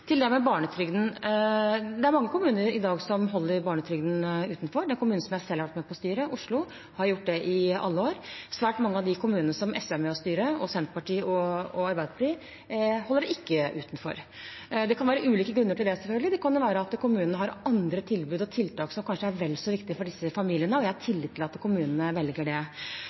Til det med barnetrygden: Det er mange kommuner i dag som holder barnetrygden utenfor. Den kommunen jeg selv har vært med på å styre, Oslo, har gjort det i alle år. Svært mange av de kommunene som SV – og Senterpartiet og Arbeiderpartiet – er med på å styre, holder det ikke utenfor. Det kan selvfølgelig være ulike grunner til det, det kan jo være at kommunene har andre tilbud og tiltak som kanskje er vel så viktige for disse familiene, og jeg har tillit til at kommunene velger det.